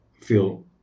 feel